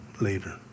later